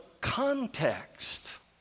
context